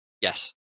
yes